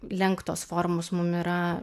lenktos formos mum yra